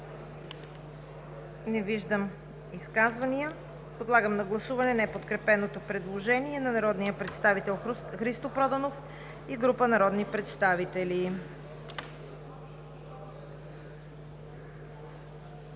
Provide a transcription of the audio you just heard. Не виждам. Подлагам на гласуване неподкрепеното предложение на народния представител Христо Проданов и група народни представители.